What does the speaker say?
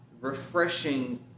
refreshing